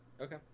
Okay